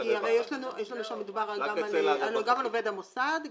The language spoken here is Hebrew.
הרי שם מדובר גם על עובד המוסד,